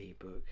ebook